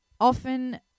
Often